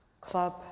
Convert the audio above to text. club